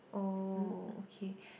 oh okay